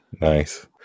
Nice